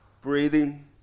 breathing